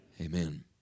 Amen